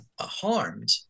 harmed